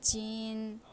China